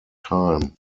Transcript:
time